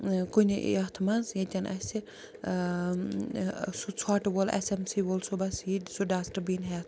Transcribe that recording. ٲں کُنہِ یتھ منٛز ییٚتیٚن اسہِ ٲں سُہ ژھۄٹھ وول ایٚس ایٚم سی وول صُبحس یی سُہ ڈَسٹہٕ بیٖن ہیٚتھ